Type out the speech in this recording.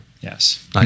Yes